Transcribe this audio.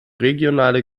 regionale